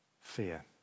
fear